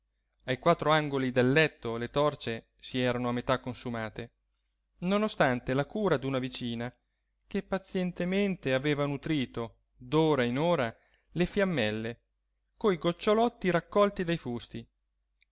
ai quattro angoli del letto le torce si erano a metà consumate non ostante la cura d'una vicina che pazientemente aveva nutrito d'ora in ora le fiammelle coi gocciolotti raccolti dai fusti